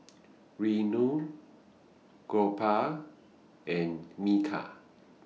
Renu Gopal and Milkha